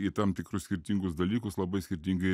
į tam tikrus skirtingus dalykus labai skirtingai